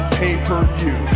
pay-per-view